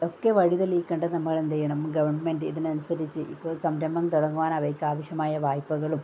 ഒക്കെ വഴി തെളിയിക്കേണ്ടത് നമ്മളെന്തെയ്യണം ഗവൺമെൻറ് ഇതിനനുസരിച്ച് ഇപ്പ സംരംഭം തുടങ്ങാൻ അവർക്കവശ്യമായ വായ്പ്പകളും